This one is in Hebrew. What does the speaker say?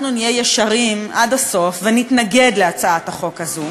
אנחנו נהיה ישרים עד הסוף ונתנגד להצעת החוק הזו,